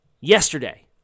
yesterday